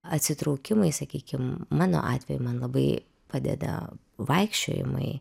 atsitraukimai sakykim mano atveju man labai padeda vaikščiojimai